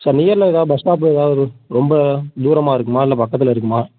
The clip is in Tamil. சார் நியரில் ஏதாவது பஸ் ஸ்டாப்பு ஏதாவது ரொம்ப தூரமாக இருக்குமா இல்லை பக்கத்தில் இருக்குமா